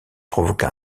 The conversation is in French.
provoqua